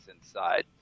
inside